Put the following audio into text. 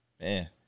Man